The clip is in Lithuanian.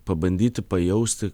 pabandyti pajausti